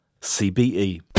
CBE